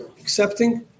accepting